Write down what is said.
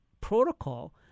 protocol